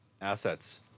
assets